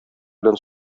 белән